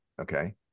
okay